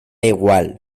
igual